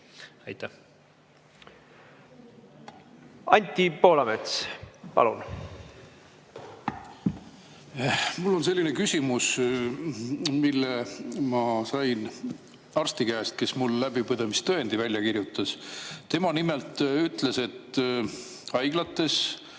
reisida. Anti Poolamets, palun! Mul on selline küsimus, mille ma sain arsti käest, kes mulle läbipõdemistõendi välja kirjutas. Tema nimelt ütles, et haiglates